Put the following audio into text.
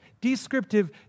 Descriptive